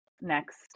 next